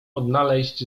odnaleźć